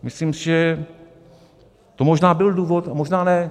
Myslím si, že to možná byl důvod, a možná ne.